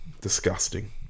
Disgusting